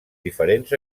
diferents